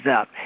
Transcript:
up